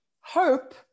hope